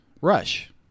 Rush